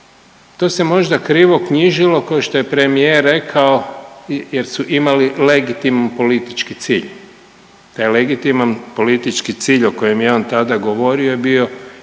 to se možda krivo knjižilo ko što je premijer rekao jer su imali legitiman politički cilj, taj legitiman politički cilj o kojem je on tada govorio je bio